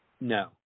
no